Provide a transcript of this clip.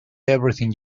everything